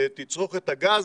מתצרוכת הגז